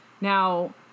Now